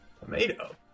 Tomato